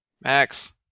Max